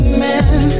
man